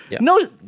No